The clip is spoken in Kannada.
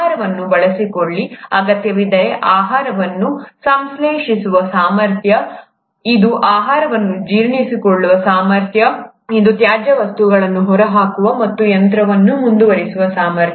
ಆಹಾರವನ್ನು ಬಳಸಿಕೊಳ್ಳಿ ಅಗತ್ಯವಿದ್ದರೆ ಆಹಾರವನ್ನು ಸಂಶ್ಲೇಷಿಸುವ ಸಾಮರ್ಥ್ಯ ಇದು ಆಹಾರವನ್ನು ಜೀರ್ಣಿಸಿಕೊಳ್ಳುವ ಸಾಮರ್ಥ್ಯ ಇದು ತ್ಯಾಜ್ಯ ವಸ್ತುಗಳನ್ನು ಹೊರಹಾಕುವ ಮತ್ತು ಯಂತ್ರವನ್ನು ಮುಂದುವರಿಸುವ ಸಾಮರ್ಥ್ಯ